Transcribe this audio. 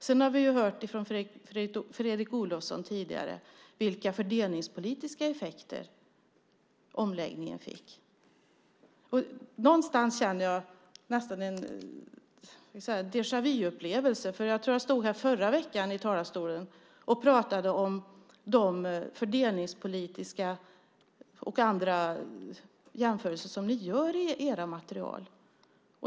Sedan har vi hört från Fredrik Olovsson tidigare vilka fördelningspolitiska effekter som omläggningen fick. Någonstans får jag nästan en déjà vu-upplevelse. Jag tror att det var i förra veckan som jag stod här i talarstolen och talade om de fördelningspolitiska och andra jämförelser som ni gör i era material.